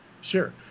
Sure